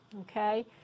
okay